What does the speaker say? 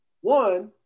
One